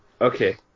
Okay